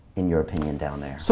in your opinion, down there? so